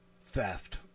theft